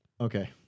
okay